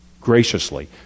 graciously